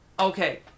Okay